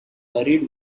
buried